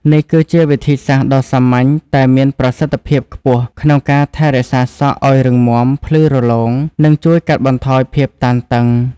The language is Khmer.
នេះគឺជាវិធីសាស្ត្រដ៏សាមញ្ញតែមានប្រសិទ្ធភាពខ្ពស់ក្នុងការថែរក្សាសក់ឲ្យរឹងមាំ ភ្លឺរលោង និងជួយកាត់បន្ថយភាពតានតឹង។